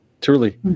Truly